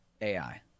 ai